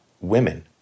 women